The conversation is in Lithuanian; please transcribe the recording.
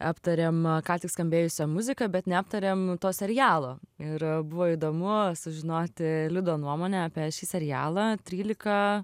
aptariam ką tik skambėjusią muziką bet neaptarėm to serialo ir buvo įdomu sužinoti liudo nuomonę apie šį serialą trylika